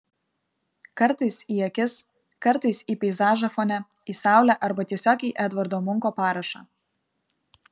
kartais į akis kartais į peizažą fone į saulę arba tiesiog į edvardo munko parašą